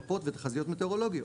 מפות ותחזיות מטאורולוגיות,